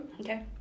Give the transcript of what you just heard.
Okay